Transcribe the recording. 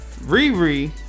Riri